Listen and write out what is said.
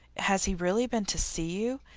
has he really been to see you,